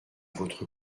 votre